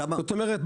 זאת אומרת,